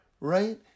right